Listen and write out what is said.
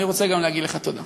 אני רוצה גם להגיד לך תודה.